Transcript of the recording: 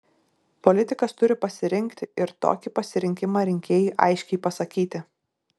politikas turi pasirinkti ir tokį pasirinkimą rinkėjui aiškiai pasakyti